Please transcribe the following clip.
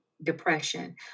depression